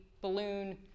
balloon